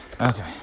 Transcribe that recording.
Okay